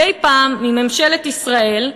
מדי פעם, מממשלת ישראל,